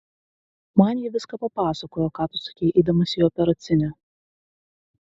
man ji viską papasakojo ką tu sakei eidamas į operacinę